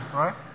right